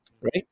Right